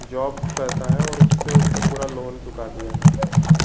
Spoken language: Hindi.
जॉब करता है और उससे उसने पूरा लोन चुका दिया है